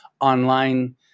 online